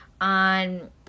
on